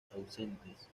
ausentes